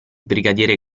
brigadiere